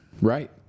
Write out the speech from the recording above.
Right